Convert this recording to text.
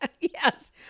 Yes